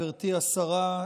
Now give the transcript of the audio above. גברתי השרה,